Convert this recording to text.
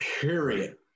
period